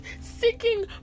seeking